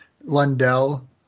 Lundell